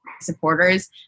supporters